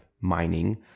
mining